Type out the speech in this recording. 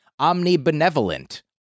omnibenevolent